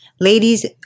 ladies